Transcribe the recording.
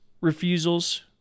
refusals